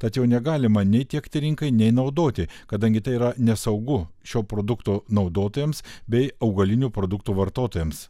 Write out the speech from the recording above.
tad jo negalima nei tiekti rinkai nei naudoti kadangi tai yra nesaugu šio produkto naudotojams bei augalinių produktų vartotojams